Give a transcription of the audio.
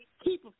Keep